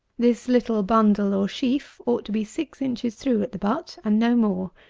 this little bundle or sheaf ought to be six inches through at the butt, and no more.